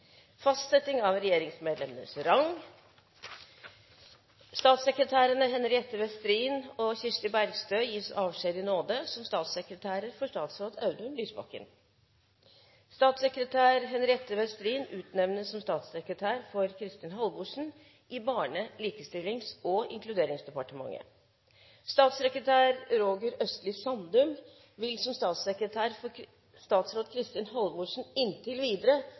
Fastsetting av regjeringsmedlemmenes rang. Statssekretærene Henriette Westhrin og Kirsti Bergstø gis avskjed i nåde som statssekretærer for statsråd Audun Lysbakken. Statssekretær Henriette Westhrin utnevnes som statssekretær for Kristin Halvorsen i Barne-, likestillings- og inkluderingsdepartementet. Statssekretær Roger Østlie Sandum vil som statssekretær for statsråd Kristin Halvorsen inntil videre